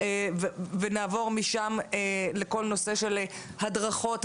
ונעבור משם לכל נושא של הדרכות,